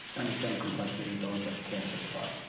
understand the complexity of those that you can't simplify.